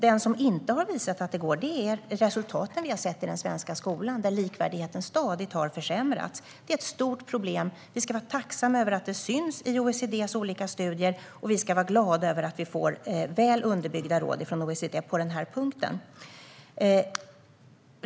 Vad som inte har visat att det går är de resultat som vi har sett i den svenska skolan, där likvärdigheten stadigt har försämrats. Det är ett stort problem. Vi ska vara tacksamma över att detta syns i OECD:s olika studier, och vi ska vara glada över att vi får väl underbyggda råd från OECD på denna punkt.